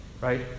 Right